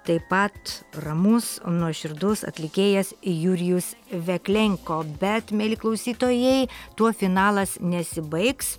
taip pat ramus nuoširdus atlikėjas jurijus veklenko bet mieli klausytojai tuo finalas nesibaigs